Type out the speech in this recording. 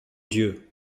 dieu